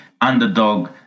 underdog